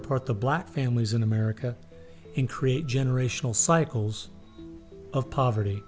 apart the black families in america in create generational cycles of poverty